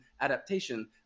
adaptation